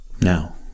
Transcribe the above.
Now